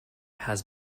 had